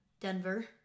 Denver